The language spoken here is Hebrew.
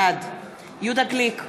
בעד יהודה גליק,